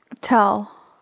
Tell